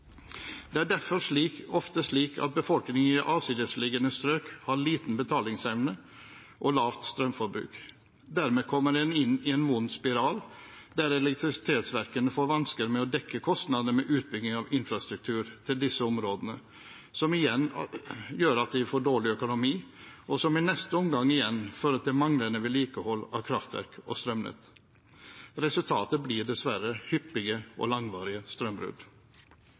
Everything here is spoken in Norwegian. Det er derfor ofte slik at befolkningen i avsidesliggende strøk har liten betalingsevne og lavt strømforbruk. Dermed kommer en inn i en ond spiral, der elektrisitetsverkene får vansker med å dekke kostnadene med utbygging av infrastruktur til disse områdene, som igjen gjør at de får dårlig økonomi, og som i neste omgang igjen fører til manglende vedlikehold av kraftverk og strømnett. Resultatet blir dessverre hyppige og langvarige strømbrudd.